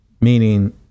Meaning